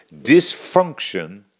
Dysfunction